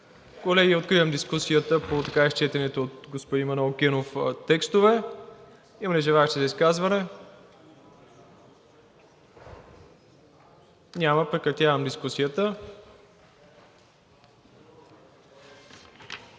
Колеги, откривам дискусията по така изчетените от господин Манол Генов текстове. Има ли желаещи за изказване? Няма. Прекратявам дискусията.